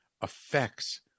affects